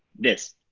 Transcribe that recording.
this.